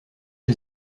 ces